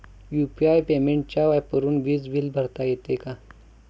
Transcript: UPI पेमेंटच्या ऍपवरुन वीज बिल भरता येते का?